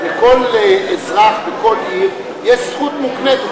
לכל אזרח בכל עיר יש זכות מוקנית.